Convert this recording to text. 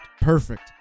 Perfect